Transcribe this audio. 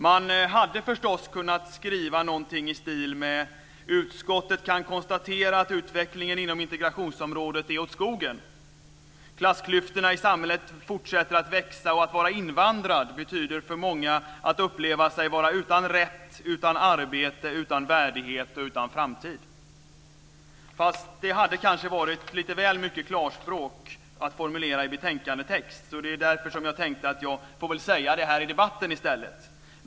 Man hade förstås kunnat skriva någonting i stil med: Utskottet kan konstatera att utvecklingen inom integrationsområdet är åt skogen. Klassklyftorna i samhället fortsätter att växa och att vara invandrad betyder för många att uppleva sig vara utan rätt, utan arbete, utan värdighet och utan framtid. Det hade kanske varit lite väl mycket klarspråk att formulera i betänkandetext. Det är därför jag tänkte att jag får väl säga det här i debatten i stället.